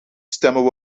stemmen